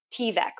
TVEC